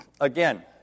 Again